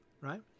Right